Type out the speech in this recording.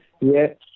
Yes